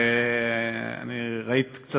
וראית קצת,